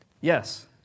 Yes